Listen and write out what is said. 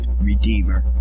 redeemer